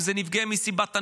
אם זה נפגעי מסיבת הנובה,